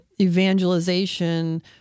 evangelization